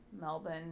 melbourne